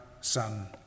Son